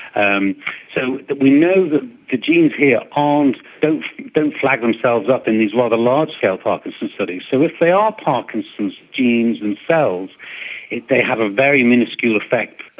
um so we know the ah genes here ah ah and don't don't flag themselves up in these rather large scale parkinson's studies. so if they are parkinson's genes themselves if they have a very miniscule effect